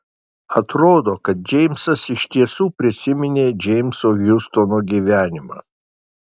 atrodo kad džeimsas iš tiesų prisiminė džeimso hiustono gyvenimą